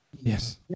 Yes